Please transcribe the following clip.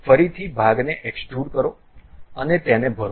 તેના પર ફરીથી ભાગને એક્સ્ટ્રુડ કરો અને તેને ભરો